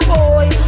Boy